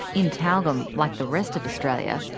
in tyalgum, like the rest of australia,